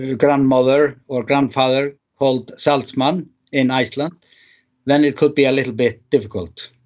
and grandmother or grandfather called zaltzman in iceland then it could be a little bit difficult.